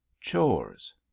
Chores